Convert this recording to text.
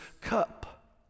cup